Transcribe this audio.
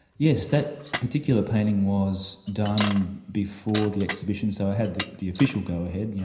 yes, that particular painting was done before the exhibition, so i had the the official go-ahead, yeah